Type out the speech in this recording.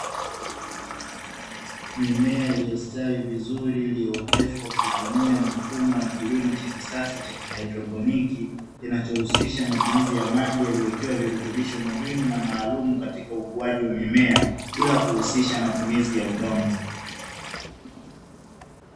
Mimea iliyostawi vizuri iliyo oteshwa kwakutumia kilimo cha kisasa cha kihydroponiki kinachousisha utumiaji wa maji yenye virutubisho muhimu katika ukuaji wa mimea bila kuhusisha matumizi ya udongo.